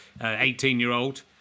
18-year-old